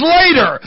later